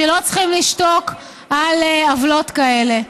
שלא צריכים לשתוק על עוולות כאלה.